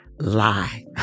lie